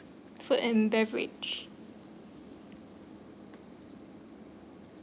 food and beverage